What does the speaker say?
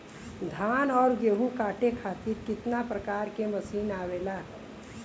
धान और गेहूँ कांटे खातीर कितना प्रकार के मशीन आवेला?